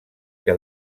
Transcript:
que